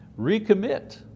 recommit